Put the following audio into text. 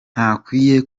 ntakwiye